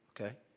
okay